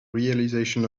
realization